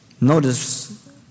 Notice